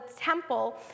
temple